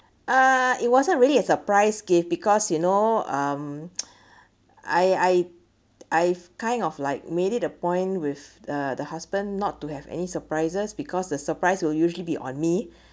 ah it wasn't really a surprise gift because you know um I I I've kind of like made it a point with the the husband not to have any surprises because the surprise will usually be on me